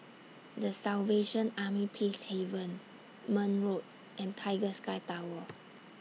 The Salvation Army Peacehaven Marne Road and Tiger Sky Tower